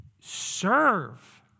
serve